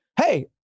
hey